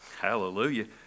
Hallelujah